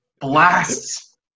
Blasts